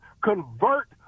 Convert